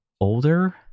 older